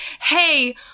hey